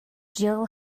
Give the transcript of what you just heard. jill